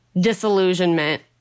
disillusionment